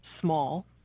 small